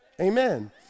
Amen